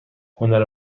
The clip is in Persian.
هنر